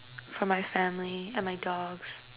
for my family and my dogs